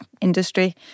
industry